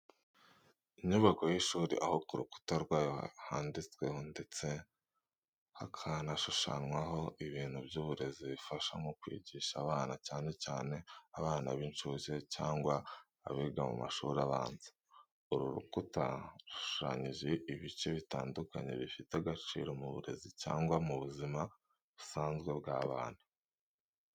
Inyubako y’ishuri aho ku rukuta rwayo handitsweho ndetse hakanashushanwaho ibintu by’uburezi bifasha mu kwigisha abana, cyane cyane abana b’incuke cyangwa abiga mu mashuri abanza. Uru rukuta rushushanyije ibice bitandukanye bifite agaciro mu burezi cyangwa mu buzima busanzwe bw’abana.